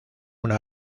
una